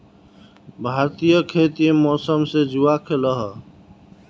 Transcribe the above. भारतीय खेती मौसम से जुआ खेलाह